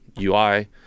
UI